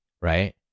right